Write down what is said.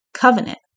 covenant